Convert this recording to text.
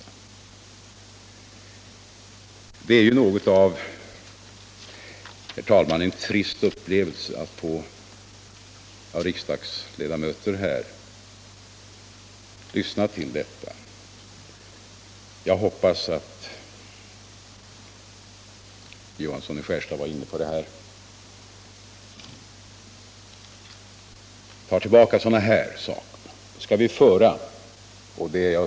Det är något av en trist upplevelse, herr talman, att av riksdagsledamöter här få höra sådant. Bl. a. herr Jo hansson i Skärstad var inne på detta. Jag hoppas att vederbörande tar tillbaka sådana här beskyllningar.